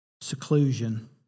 seclusion